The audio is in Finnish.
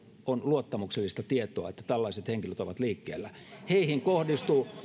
luottamuksellista tietoa että tällaiset henkilöt ovat liikkeellä heihin kohdistuu